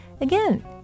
Again